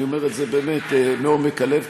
אני אומר את זה באמת מעומק הלב,